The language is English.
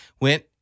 went